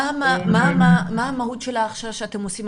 מה מהות ההכשרה שאתם עושים.